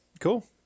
Cool